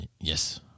Yes